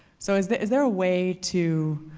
so is there is there a way to.